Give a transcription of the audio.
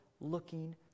looking